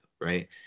right